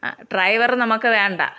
driver നമുക്ക് വേണ്ട